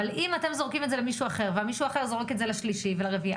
אם אתם זורקים את זה למישהו אחר ומשם כל זה נזרק לשלישי ולרביעי,